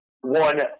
one